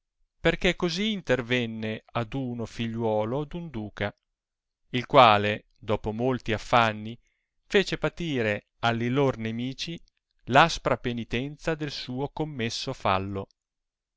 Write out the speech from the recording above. perchè così intervenne ad uno figliuolo d'un duca il quale dopo molti aff'anni fece patire alli lor nemici l'aspra penitenza del suo commesso fallo